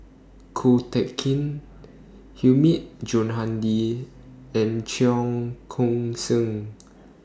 Ko Teck Kin Hilmi Johandi and Cheong Koon Seng